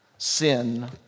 Sin